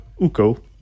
Uko